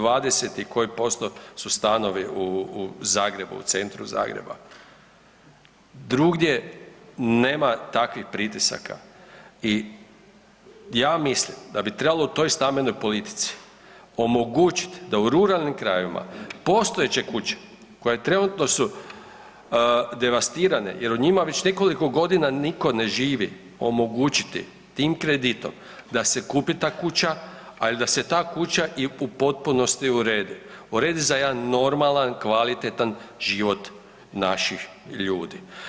20 i koji posto su stanovi u Zagrebu, u centru Zagreba, drugdje nema takvih pritisaka i ja mislim da bi trebalo u toj stambenoj politici omogućiti da u ruralnim krajevima postojeće kuće koje trenutno su devastirane jer u njima već nekoliko godina nitko ne živi, omogućiti tim kreditom da se kupi ta kuća ali da se ta kuća i u potpunosti uredi, uredi za jedan normalan, kvalitetan život naših ljudi.